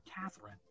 Catherine